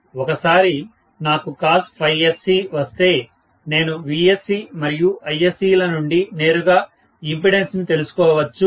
ఒకసారి నాకు cossc వస్తే నేను Vsc మరియు Iscల నుండి నేరుగా ఇంపెడన్స్ ని తెలుసుకోవచ్చు